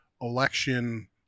election